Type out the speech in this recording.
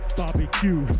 barbecue